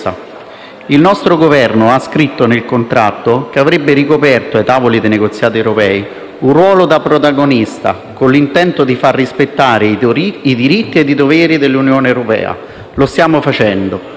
Il nostro Governo ha scritto nel contratto che nei tavoli dei negoziati europei avrebbe ricoperto un ruolo da protagonista, con l'intento di far rispettare i diritti e i doveri dell'Unione europea e lo stiamo facendo.